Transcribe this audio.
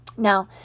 Now